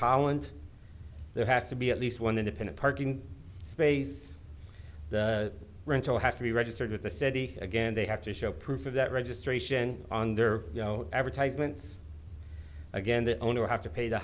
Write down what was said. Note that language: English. holland there has to be at least one independent parking space rental has to be registered with the city again they have to show proof of that registration on their no advertisements again the owner have to pay the